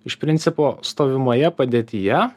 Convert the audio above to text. iš principo stovimoje padėtyje